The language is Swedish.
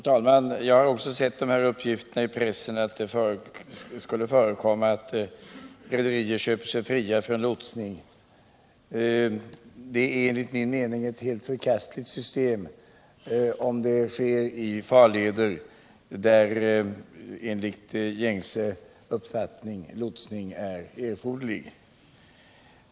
Herr talman! Också jag har sett uppgifter i pressen om att det lär kunna förekomma att rederier köper sig fria från lotsning. Det är enligt min mening ett förkastligt system, särskilt om det tillämpas i farleder där enligt gängse uppfattning lotsning är erforderlig.